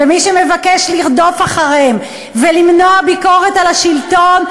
ומי שמבקש לרדוף אחריהם ולמנוע ביקורת על השלטון,